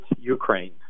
Ukraine